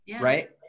right